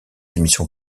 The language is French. émissions